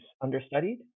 understudied